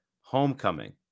Homecoming